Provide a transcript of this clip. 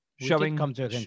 showing